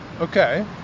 Okay